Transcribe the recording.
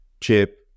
chip